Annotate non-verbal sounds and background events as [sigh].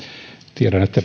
tiedän että [unintelligible]